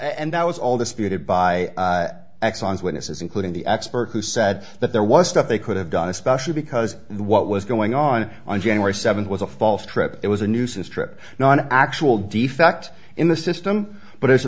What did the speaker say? and that was all disputed by exxon's witnesses including the expert who said that there was stuff they could have done especially because what was going on on january seventh was a false trip it was a nuisance trip now an actual defect in the system but it